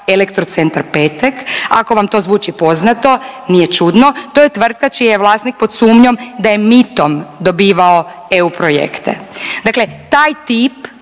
Elektrocentar Petek, ako vam to zvuči poznato nije čudno, to je tvrtka čiji je vlasnik pod sumnjom da je mitom dobivao eu projekte, dakle taj tip